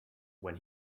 when